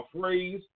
phrase